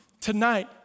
tonight